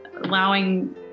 allowing